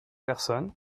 personne